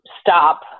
stop